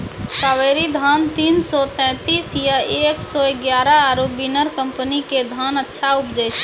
कावेरी धान तीन सौ तेंतीस या एक सौ एगारह आरु बिनर कम्पनी के धान अच्छा उपजै छै?